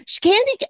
candy